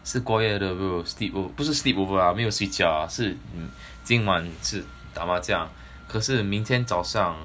是过夜的 bro sleep 不是 sleep over ah 没有睡觉是今晚是打麻将可是明天早上